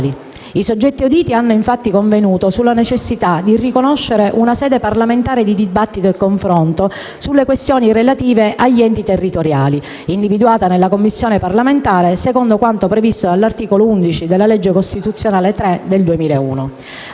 I soggetti auditi hanno, infatti, convenuto sulla necessità di riconoscere una sede parlamentare di dibattito e confronto sulle questioni relative agli enti territoriali, individuata nella Commissione parlamentare secondo quanto previsto dall'articolo 11 della legge costituzionale n. 3 del 2001.